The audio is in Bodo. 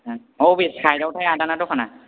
ए बबे साइडआवथाय आदाना दखाना